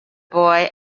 boy